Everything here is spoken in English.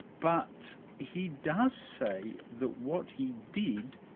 but he does say that what he did,